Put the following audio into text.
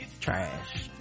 trash